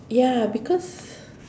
ya because